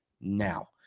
now